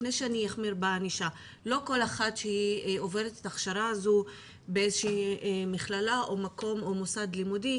לא כל אחת שעוברת הכשרה באיזושהי מכללה או במוסד לימודי,